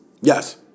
Yes